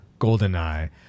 GoldenEye